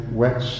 wet